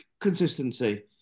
consistency